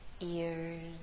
Ears